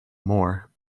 more